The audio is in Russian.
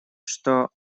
что